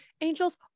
Angels